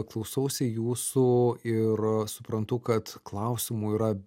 klausausi jūsų ir suprantu kad klausimų yra